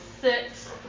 six